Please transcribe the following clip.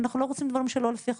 אנחנו לא רוצים דברים שלא לפי החוק.